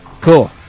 Cool